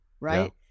right